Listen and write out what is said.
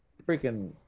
freaking